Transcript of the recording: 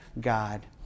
God